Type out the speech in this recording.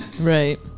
Right